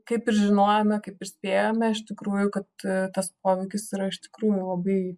kaip ir žinojome kaip spėjome iš tikrųjų kad tas poveikis yra iš tikrųjų labai